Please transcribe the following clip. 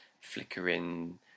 flickering